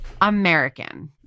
American